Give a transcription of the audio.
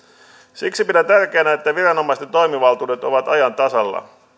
siksi pidän tärkeänä että viranomaisten toimivaltuudet ovat ajan tasalla